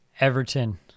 Everton